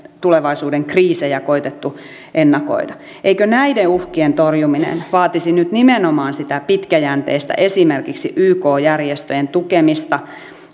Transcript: tulevaisuuden kriisejä koetettu ennakoida eikö näiden uhkien torjuminen vaatisi nyt nimenomaan sitä pitkäjänteistä esimerkiksi yk järjestöjen tukemista